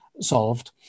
solved